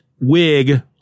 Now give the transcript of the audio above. wig